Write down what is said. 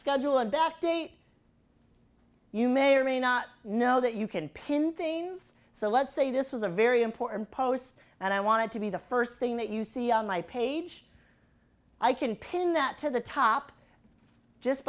schedule a back date you may or may not know that you can pin things so let's say this was a very important post and i wanted to be the first thing that you see on my page i can pin that to the top just